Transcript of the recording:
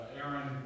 Aaron